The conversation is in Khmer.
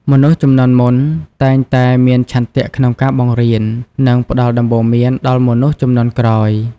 មនុស្សជំនាន់មុនតែងតែមានឆន្ទៈក្នុងការបង្រៀន និងផ្តល់ដំបូន្មានដល់មនុស្សជំនាន់ក្រោយ។